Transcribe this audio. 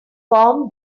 form